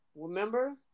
remember